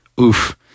Oof